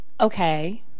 Okay